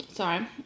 Sorry